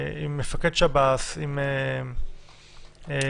מפקד שב"ס, וקנין.